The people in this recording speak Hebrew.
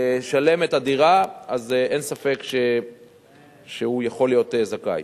לשלם את הדירה, אז אין ספק שהוא יכול להיות זכאי.